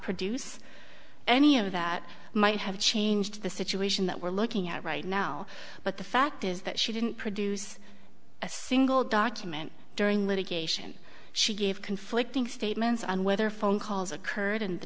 produce any of that might have changed the situation that we're looking at right now but the fact is that she didn't produce a single document during litigation she gave conflicting statements on whether phone calls occurred and the